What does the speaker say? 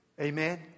Amen